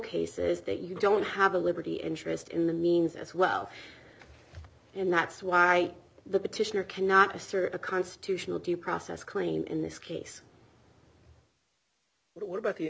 cases that you don't have a liberty interest in the means as well and that's why the petitioner cannot assert a constitutional due process claim in this case but what about the